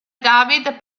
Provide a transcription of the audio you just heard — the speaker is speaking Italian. david